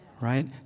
right